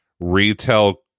retail